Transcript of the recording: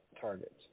targets